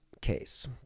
case